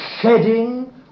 shedding